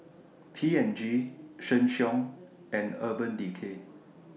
P and G Sheng Siong and Urban Decay